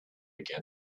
again